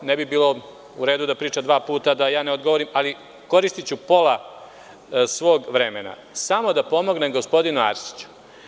Ne bi bilo u redu da priča dva puta, a da ja ne odgovorim, ali koristiću pola svog vremena, samo da pomognem gospodinu Arsiću.